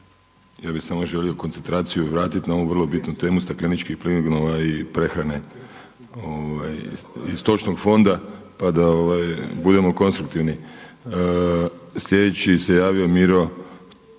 Ja bih samo želio koncentraciju vratit na ovu vrlo bitnu temu stakleničkih plinova i prehrane i stočnog fonda pa da budemo konstruktivni. Sljedeći se javio Miro,